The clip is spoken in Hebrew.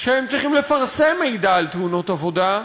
שהם צריכים לפרסם מידע על תאונות עבודה,